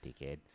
dickhead